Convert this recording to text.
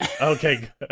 Okay